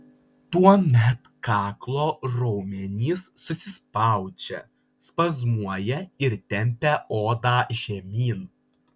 tuomet kaklo raumenys susispaudžia spazmuoja ir tempia odą žemyn